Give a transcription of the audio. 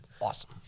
awesome